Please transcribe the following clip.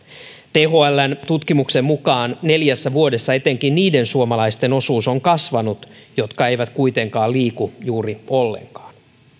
thln tutkimuksen mukaan neljässä vuodessa etenkin niiden suomalaisten osuus on kasvanut jotka eivät kuitenkaan liiku juuri ollenkaan